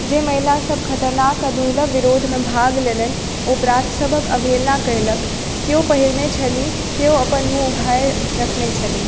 जे महिलासभ खतरनाक आ दुर्लभ विरोधमे भाग लेलनि ओ प्राथसभक अवहेलना कयलक केओ पहिरने छलीह केओ अपन मुँह उघारि रखने छलीह